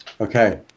Okay